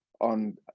on